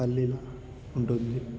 పల్లీల ఉంటుంది